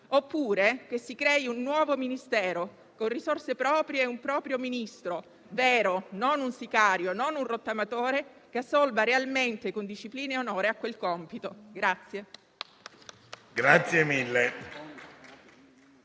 oppure che si crei un nuovo Ministero con risorse proprie e un proprio Ministro - vero, non un sicario o un rottamatore - che assolva realmente, con disciplina e onore, a quel compito.